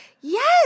Yes